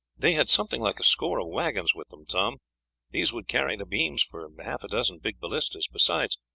they had something like a score of waggons with them, tom these would carry the beams for half a dozen big ballistas besides,